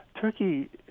Turkey